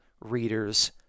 readers